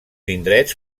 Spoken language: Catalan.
indrets